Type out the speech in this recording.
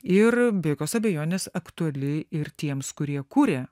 ir be jokios abejonės aktuali ir tiems kurie kuria